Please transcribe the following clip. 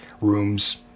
rooms